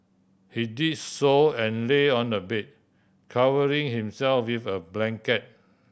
he did so and lay on the bed covering himself with a blanket